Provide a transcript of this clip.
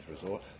resort